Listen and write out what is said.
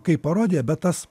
kaip parodija bet tas